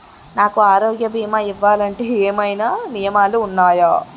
నాకు ఆరోగ్య భీమా ఇవ్వాలంటే ఏమైనా నియమాలు వున్నాయా?